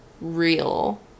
real